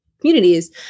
communities